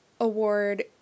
award